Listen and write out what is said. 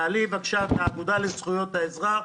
האגודה לזכויות האזרח,